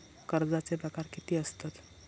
कर्जाचे प्रकार कीती असतत?